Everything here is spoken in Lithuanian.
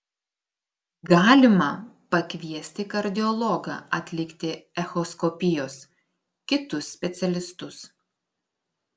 galima pakviesti kardiologą atlikti echoskopijos kitus specialistus